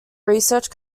research